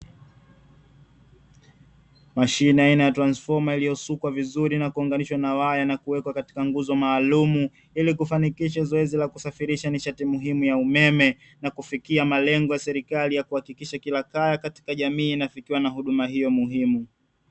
Mashine aina ya transifoma iliyosukwa vizuri na kuunganishwa na waya na kuwekwa katika nguzo maalumu, ili kufanikisha zoezi la kusafirisha nishati muhimu ya umeme na kufanikia malengo ya serikali kuhakikisha kila kaya katika jamii inafikiwa na huduma hiyo muhimu ya umeme.